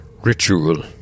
ritual